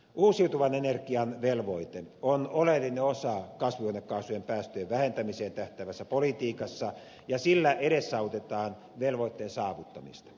uusiutuvan energian velvoite on oleellinen osa kasvihuonekaasujen päästöjen vähentämiseen tähtäävässä politiikassa ja sillä edesautetaan velvoitteen saavuttamista